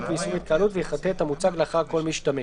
ואיסור התקהלות ויחטא את המוצג לאחר כל משתמש."